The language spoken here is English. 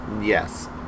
Yes